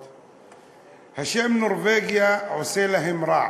השם נורבגיה עושה להם רע.